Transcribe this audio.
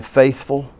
faithful